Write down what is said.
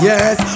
Yes